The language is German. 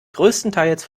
größtenteils